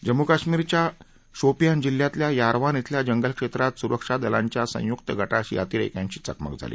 जम्मू कश्मिरच्या शोपियान जिल्ह्यातल्या यारवान इथल्या जंगल क्षेत्रात सुरक्षा दलांच्या संयुक्त गटाशी अतिरेक्यांची चकमक झाली